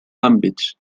àmbits